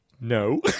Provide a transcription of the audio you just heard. no